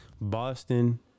Boston